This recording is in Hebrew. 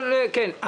אבל כן.